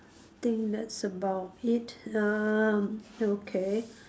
think that's about it um okay